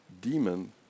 demon